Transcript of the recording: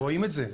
רואים את זה.